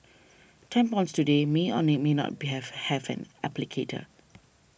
tampons today may or name may not be have have an applicator